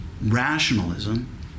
rationalism